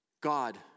God